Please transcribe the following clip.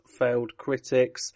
failedcritics